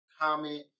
comment